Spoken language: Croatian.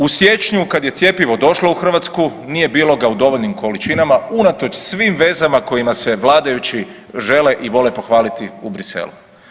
U siječnju kad je cjepivo došlo u Hrvatsku nije bilo ga u dovoljnim količinama unatoč svim vezama kojima se vladajući žele i vole pohvaliti u Briselu.